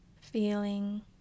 feeling